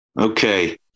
Okay